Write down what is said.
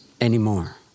anymore